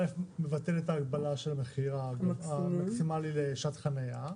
אלף מבטל את ההגבלה של המחיר המקסימאלי לשעת חניה,